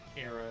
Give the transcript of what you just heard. era